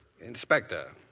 Inspector